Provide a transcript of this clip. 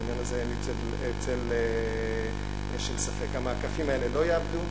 בעניין הזה אין לי צל של ספק: המעקפים האלה לא יעבדו.